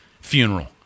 funeral